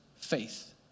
faith